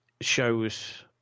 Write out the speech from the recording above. shows